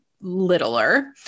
littler